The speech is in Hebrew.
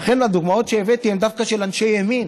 לכן הדוגמאות שהבאתי הן דווקא של אנשי ימין